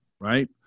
right